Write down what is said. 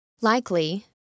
Likely